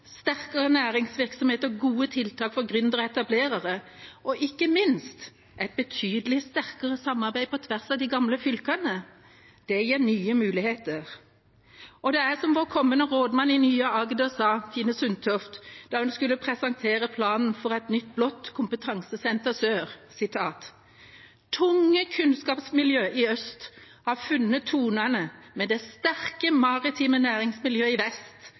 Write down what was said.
sterkere næringsvirksomhet, gode tiltak for gründere og etablerere og ikke minst et betydelig sterkere samarbeid på tvers av de gamle fylkene. Det gir nye muligheter. Det er som vår kommende rådmann i nye Agder, Tine Sundtoft, sa da hun skulle presentere planen for et nytt Blått kompetansesenter sør: «Tunge kunnskapsmiljø i øst har funnet tonen med det sterke marine næringsmiljøet i vest.